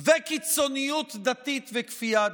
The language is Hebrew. וקיצוניות דתית וכפייה דתית.